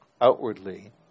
outwardly